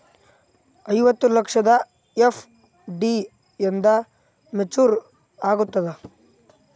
ಐವತ್ತು ಲಕ್ಷದ ಎಫ್.ಡಿ ಎಂದ ಮೇಚುರ್ ಆಗತದ?